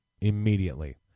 immediately